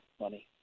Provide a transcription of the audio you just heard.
money